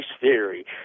theory